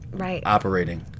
operating